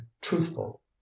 truthful